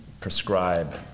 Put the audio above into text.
prescribe